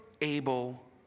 able